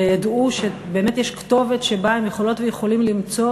שידעו שבאמת יש כתובת שבה הם יכולות ויכולים למצוא